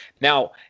now